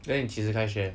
then 你几时开学